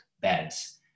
beds